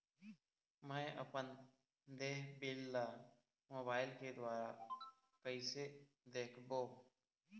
मैं अपन देय बिल ला मोबाइल के द्वारा कइसे देखबों?